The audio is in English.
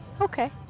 Okay